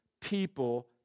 people